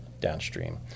downstream